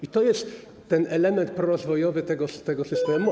I to jest ten element prorozwojowy tego systemu.